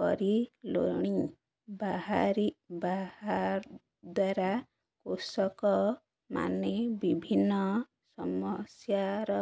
କରିିଲେଣି ବାହାରି ବାହାର ଦ୍ୱାରା କୃଷକମାନେ ବିଭିନ୍ନ ସମସ୍ୟାର